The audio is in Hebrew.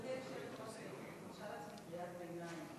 גברתי היושבת-ראש, אני מרשה לעצמי קריאת ביניים.